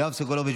יואב סגלוביץ',